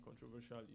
controversial